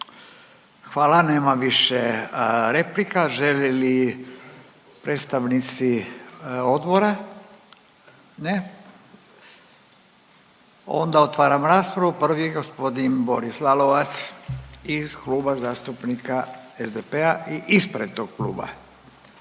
Hvala, nema više replika. Žele li predstavnici odbora? Ne. Onda otvaram raspravu, prvi je g. Boris Lalovac iz Kluba zastupnika SDP-a, ispred tog kluba,